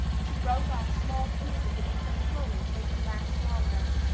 she broke off small pieces and ate them slowly to make it last longer.